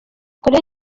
korea